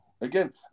again